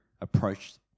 approached